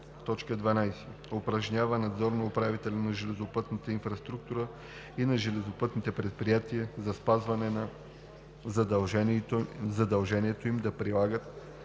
нея; 12. упражнява надзор на управителя на железопътната инфраструктура и на железопътните предприятия за спазване на задължението им да прилагат